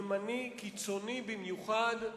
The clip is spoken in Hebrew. ימני קיצוני במיוחד,